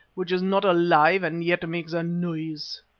which is not alive and yet makes a noise?